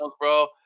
bro